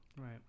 right